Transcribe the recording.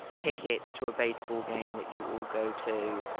tickets to a baseball game that you will go to?